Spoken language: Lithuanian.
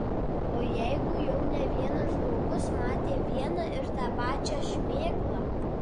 o jeigu jau ne vienas žmogus matė vieną ir tą pačią šmėklą